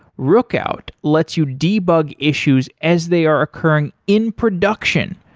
rookout lets you debug issues as they are occurring in production.